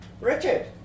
Richard